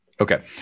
Okay